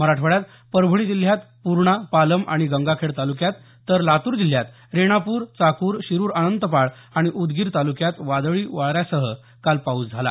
मराठवाड्यात परभणी जिल्ह्यात पूर्णा पालम आणि गंगाखेड तालुक्यात तर लातूर जिल्ह्यात रेणापूर चाकूर शिरुर अनंतपाळ आणि उदगीर तालुक्यात वादळी वाऱ्यासह काल पाऊस झाला